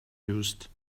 used